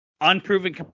Unproven